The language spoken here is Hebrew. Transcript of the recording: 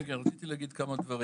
כן, רציתי להגיד כמה דברים.